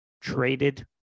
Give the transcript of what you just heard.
traded